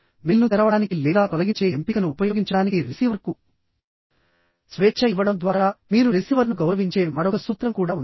మెయిల్ను తెరవడానికి లేదా తొలగించే ఎంపికను ఉపయోగించడానికి రిసీవర్కు స్వేచ్ఛ ఇవ్వడం ద్వారా మీరు రిసీవర్ను గౌరవించే మరొక సూత్రం కూడా ఉంది